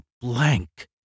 blank